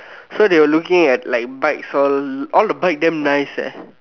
so they were looking at like bikes all all the bikes are damn nice eh